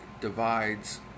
divides